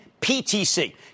PTC